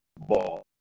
ball